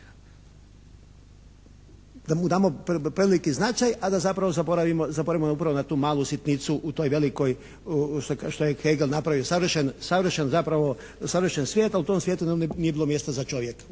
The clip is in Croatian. da mu damo preveliki značaj, a da zapravo zaboravimo upravo na tu malu sitnicu u toj velikoj što je Hegel napravio savršen zapravo, savršen svijet a u tom svijetu nije bilo mjesta za čovjeka.